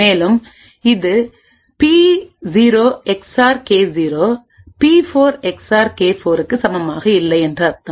மேலும் இது பி0 எக்ஸ்ஆர் கே0 பி4 எக்ஸ்ஆர் கே4 க்கு சமமாக இல்லை என்று அர்த்தம்